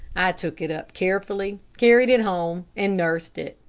i took it up carefully, carried it home, and nursed it.